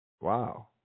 Wow